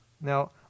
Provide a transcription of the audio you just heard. Now